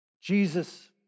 Jesus